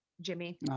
Jimmy